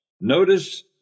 Notice